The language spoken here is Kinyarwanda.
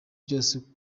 byose